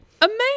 Amazing